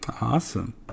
awesome